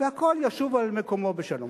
הכול ישוב על מקומו בשלום.